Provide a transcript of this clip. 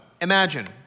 imagine